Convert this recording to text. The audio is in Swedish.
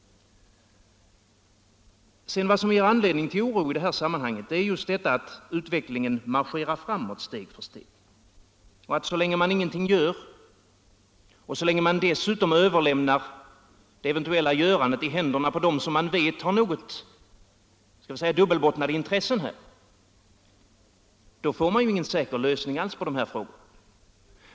Vad som vidare ger anledning till oro i det här sammanhanget är just att utvecklingen marscherar framåt steg för steg. Så länge man ingenting gör, och så länge man dessutom överlämnar det eventuella görandet i händerna på dem som man vet har något dubbelbottnade intressen, får man ingen säker lösning alls av de här frågorna.